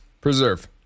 Preserve